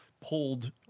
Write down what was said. pulled